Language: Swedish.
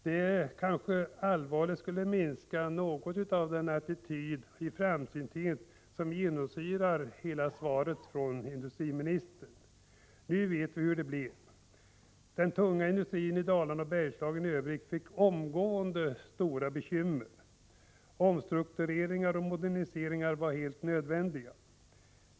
Det kanske något kan mildra den allvarliga attityd av framsynthet som genomsyrar detta svar från industriministern. Nu vet vi ju hur det blev. Den tunga industrin i Dalarna och Bergslagen i Övrigt fick ju omgående stora bekymmer. Omstruktureringar och moderniseringar var helt nödvändiga.